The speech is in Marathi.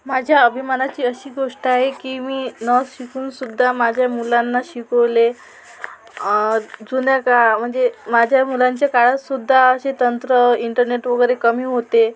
माझ्या अभिमानाची अशी गोष्ट आहे की मी न शिकून सुद्धा माझ्या मुलांना शिकवले जुन्या काळ म्हणजे माझ्या मुलांच्या काळात सुद्धा असे तंत्र इंटरनेट वगैरे कमी होते